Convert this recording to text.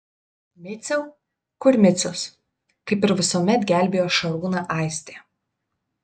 miciau kur micius kaip ir visuomet gelbėjo šarūną aistė